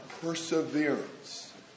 perseverance